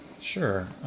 Sure